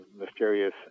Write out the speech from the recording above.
mysterious